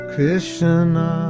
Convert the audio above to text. Krishna